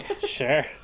Sure